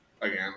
Again